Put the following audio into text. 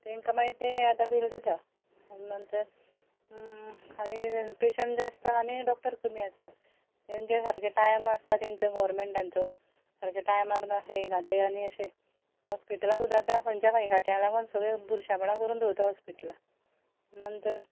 तांकां मागीर तें हें जाता फील जाता नंतर आनी पेशंट जास्त आसा आनी डॉक्टर कमी आसा तांचे सारके टायम नासता तेंचो गोवोरमेंटाचो सारक्या टायमार येयना ते आनी अशे हॉस्पिटलां सुद्दां आतां खंयच्या खंयी गांठयांक लागोन सगलीं बुरशेपणां करून दवरता करून हॉस्पिटलान नंतर